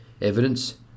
Evidence